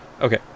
Okay